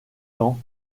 temps